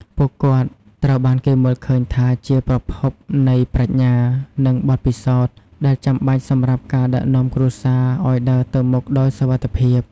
ពួកគាត់ត្រូវបានគេមើលឃើញថាជា ប្រភពនៃប្រាជ្ញា និងបទពិសោធន៍ ដែលចាំបាច់សម្រាប់ការដឹកនាំគ្រួសារឲ្យដើរទៅមុខដោយសុវត្ថិភាព។